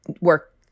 work